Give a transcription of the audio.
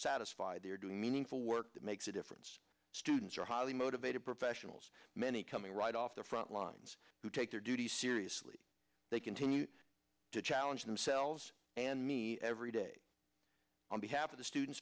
satisfied they are doing meaningful work that makes a difference students are highly motivated professionals many coming right off the frontlines who take their duties seriously they continue to challenge themselves and me every day on behalf of the students